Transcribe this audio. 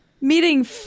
meeting